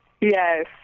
Yes